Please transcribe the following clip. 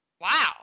Wow